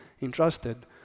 entrusted